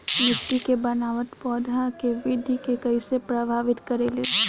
मिट्टी के बनावट पौधन के वृद्धि के कइसे प्रभावित करे ले?